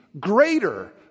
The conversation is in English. greater